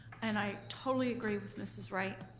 and i totally agree with mrs. wright.